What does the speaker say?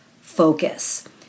focus